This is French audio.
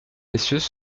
messieurs